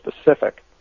specific